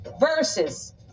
versus